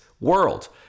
world